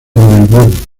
melbourne